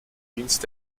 dienst